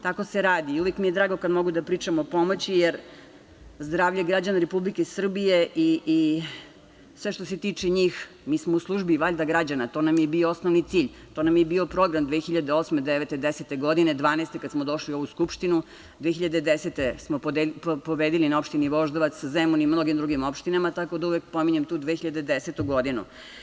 Tako se radi i uvek mi je drago kada mogu da pričam o pomoći, jer zdravlje građana Republike Srbije i sve što se tiče njih, mi smo valjda u službi građana, to nam je i bio osnovni cilj, to nam je i bio program 2008, 2009, 2010, 2012. godine kada smo došli u ovu Skupštinu, 2010. godine smo pobedili na opštini Voždovac, Zemun i mnogim drugim opštinama tako da uvek pominjem tu 2010. godinu.